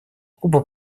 куба